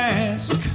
ask